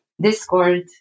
Discord